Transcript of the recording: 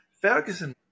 Ferguson